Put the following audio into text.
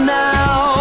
now